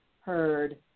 heard